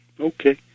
Okay